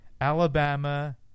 Alabama